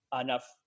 enough